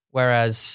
Whereas